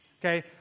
Okay